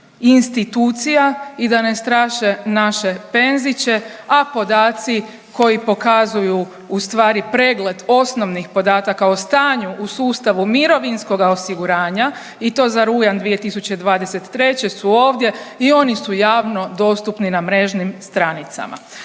institucija i da ne straše naše penziče. A podaci koji pokazuju u stvari pregled osnovnih podataka o stanju u sustavu mirovinskoga osiguranja i to za rujan 2023. su ovdje i oni su javno dostupni na mrežnim stranicama.